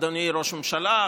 אדוני ראש הממשלה,